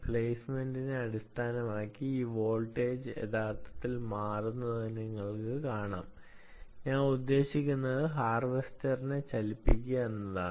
പ്ലേസ്മെന്റിനെ അടിസ്ഥാനമാക്കി ഈ വോൾട്ടേജ് യഥാർത്ഥത്തിൽ മാറുന്നത് നിങ്ങൾക്ക് കാണാം ഞാൻ ഉദ്ദേശിക്കുന്നത് ഹാർവെസ്റ്ററിനെ ചലിപ്പിക്കുക എന്നതാണ്